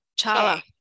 Chala